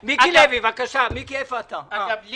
אגב,